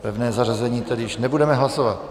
Pevné zařazení tedy již nebudeme hlasovat.